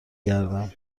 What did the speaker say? گردم